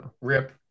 Rip